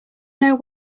know